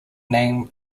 name